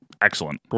Excellent